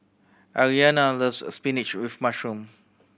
Aryana loves a spinach with mushroom